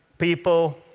people,